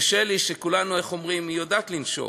ושלי, שאיך אומרים היא יודעת לנשוך.